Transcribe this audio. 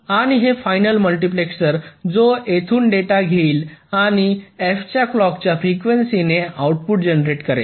आणि हे final multiplexer जो येथून डेटा घेईल आणि f च्या क्लॉकच्या फ्रिक्वेन्सीने आउटपुट जेनेरेट करेल